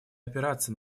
опираться